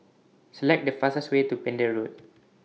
Select The fastest Way to Pender Road